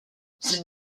cette